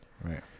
Right